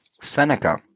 Seneca